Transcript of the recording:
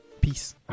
Peace